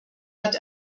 hat